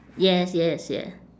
yes yes yeah